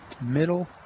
middle